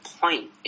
point